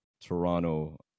Toronto